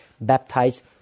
baptized